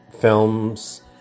films